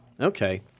Okay